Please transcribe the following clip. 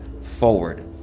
forward